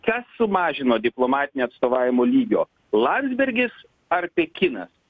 kas sumažino diplomatinį atstovavimo lygio landsbergis ar pekinas